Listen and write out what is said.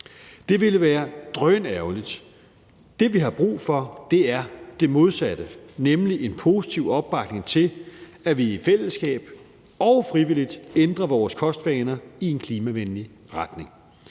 Det ville være drønærgerligt. Det, vi har brug for, er det modsatte, nemlig en positiv opbakning til, at vi i fællesskab og frivilligt ændrer vores kostvaner i en klimavenlig retning.